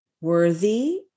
Worthy